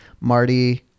Marty